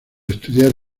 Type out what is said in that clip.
estudiar